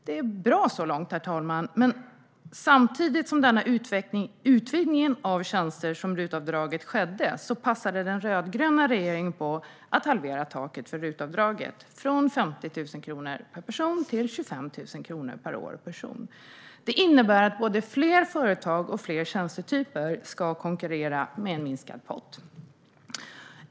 Det är bra så långt, men samtidigt som denna utvidgning av tjänster inom RUT-avdraget skedde passade den rödgröna regeringen på att halvera taket för RUT-avdraget från 50 000 kronor per person och år till 25 000 kronor per person och år. Det innebär att fler företag och fler tjänstetyper ska konkurrera om en minskad pott.